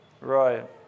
Right